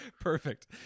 Perfect